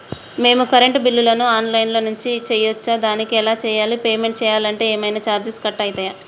మేము కరెంటు బిల్లును online నుంచి చేయచ్చా? దానికి ఎలా చేయాలి? పేమెంట్ చేయాలంటే ఏమైనా చార్జెస్ కట్ అయితయా?